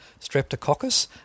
Streptococcus